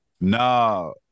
No